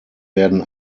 werden